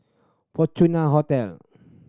Fortune Hotel